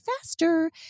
faster